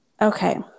Okay